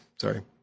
sorry